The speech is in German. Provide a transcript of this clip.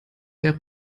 wäre